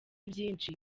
byinshi